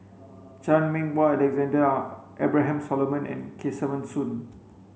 Chan Meng Wah Alexander Abraham Solomon and Kesavan Soon